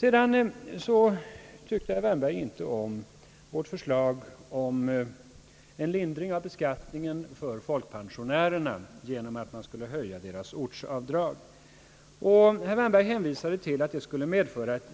Herr Wärnberg tyckte inte om vårt förslag till lindring av beskattningen för folkpensionärerna genom att man skulle höja deras ortsavdrag. Herr Wärnberg hänvisade till att det skulle